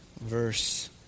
verse